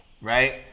right